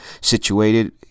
situated